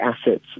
assets